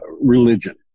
religion